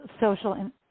social